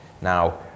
Now